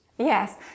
Yes